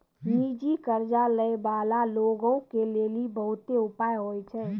निजी कर्ज लै बाला लोगो के लेली बहुते उपाय होय छै